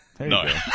No